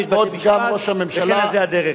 ויש בתי-משפט, כבוד סגן ראש הממשלה, וזו הדרך.